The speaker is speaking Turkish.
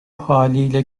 haliyle